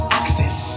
access